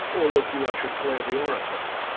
or look you i should play the orator?